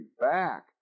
back